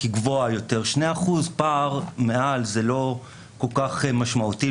2% פער מעל זה זה לא כל כך משמעותי,